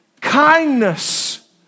kindness